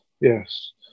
yes